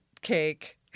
cake –